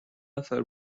نفر